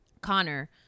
connor